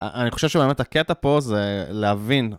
אני חושב שבאמת הקטע פה זה להבין.